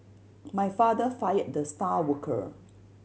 my father fired the star worker